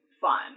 fun